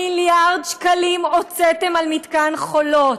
מיליארד שקלים הוצאתם על מתקן חולות.